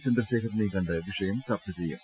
ചന്ദ്രശേഖരനേയും കണ്ട് വിഷയം ചർച്ച ചെയ്യും